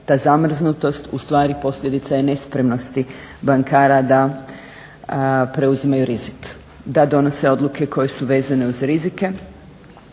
Ta zamrznutost ustvari posljedica je nespremnosti bankara da preuzimaju rizik, da donose odluke koje su vezane uz rizike